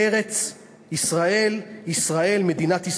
בארץ-ישראל, מדינת ישראל,